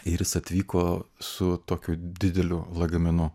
ir jis atvyko su tokiu dideliu lagaminu